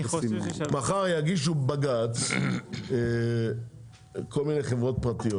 מחר יגישו בג"ץ כל מיני חברות פרטיות